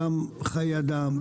גם חיי אדם,